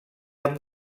amb